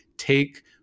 Take